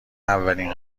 اولین